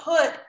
put